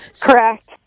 Correct